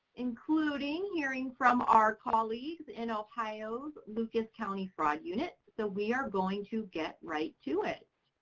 including hearing from our colleagues in ohio's lucas county fraud unit, so we are going to get right to it.